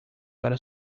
para